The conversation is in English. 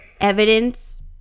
evidence